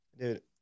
dude